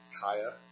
Kaya